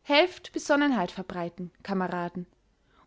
helft besonnenheit verbreiten kameraden